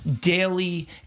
daily